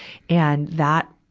and that,